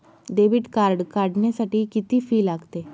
Debit card काढण्यासाठी किती fee लागते?